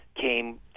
came